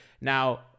Now